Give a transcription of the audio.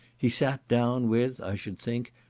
he sat down with, i should think,